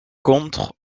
contre